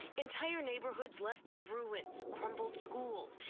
entire neighborhoods left in ruins, crumbled schools.